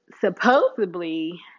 supposedly